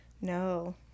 No